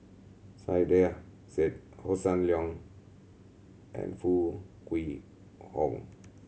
Saiedah Said Hossan Leong and Foo Kwee Horng